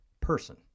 person